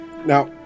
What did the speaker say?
Now